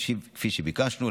כפי שביקשנו,